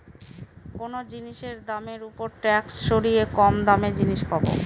কোনো জিনিসের দামের ওপর ট্যাক্স সরিয়ে কম দামে পাবো